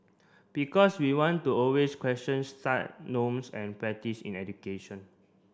because we want to always question set norms and practice in education